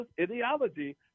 ideology